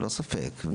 ללא ספק.